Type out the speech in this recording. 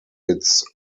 its